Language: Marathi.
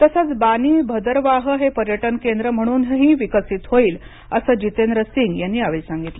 तसेच बानी भदर वाह हे पर्यटन केंद्र म्हणूनही विकसित होईल असे जितेंद्र सिंग यांनी यावेळी सांगितले